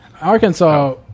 arkansas